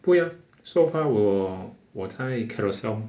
不会 ah so far 我我在 carousell